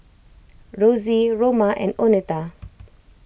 Rosy Roma and oneta